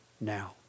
now